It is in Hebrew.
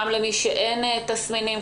גם למי שאין תסמינים,